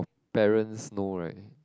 parents know right